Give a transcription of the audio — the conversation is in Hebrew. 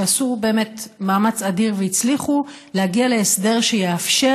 שעשו באמת מאמץ אדיר והצליחו להגיע להסדר שיאפשר